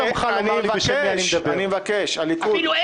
אני רוצה להציג את ההצעה ואת השמות גם.